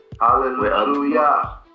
hallelujah